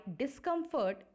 discomfort